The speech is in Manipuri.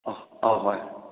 ꯑꯥ ꯑꯥ ꯍꯣꯏ